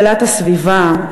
שאלת הסביבה,